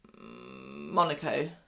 Monaco